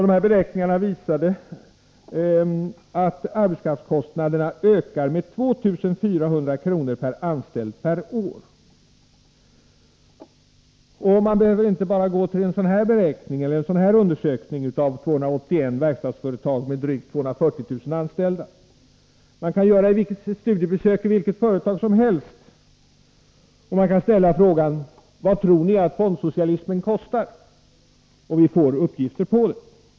De beräkningarna visade att arbetskraftskostnaderna ökar med 2 400 kr. per anställd och år. Man behöver inte gå till en sådan här undersökning av 281 verkstadsföretag med drygt 240 000 anställda, man kan göra studiebesök i vilket företag som helst. Man kan ställa frågan: Vad tror ni att fondsocialismen kostar? Då får vi uppgifter på det.